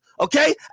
okay